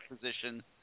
position